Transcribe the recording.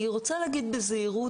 אני רוצה להגיד בזהירות,